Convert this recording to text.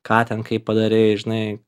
ką ten kaip padarei žinai